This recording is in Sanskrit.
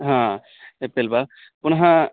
हा एपेल् वा पुनः